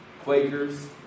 Quakers